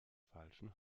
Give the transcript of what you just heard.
falschen